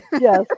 Yes